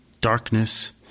darkness